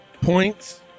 points